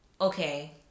okay